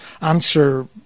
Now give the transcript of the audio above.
answer